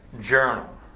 journal